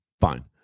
fine